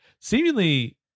Seemingly